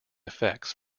effects